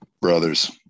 brothers